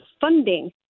funding